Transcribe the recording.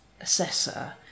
assessor